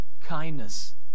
Kindness